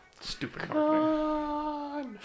Stupid